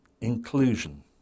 inclusion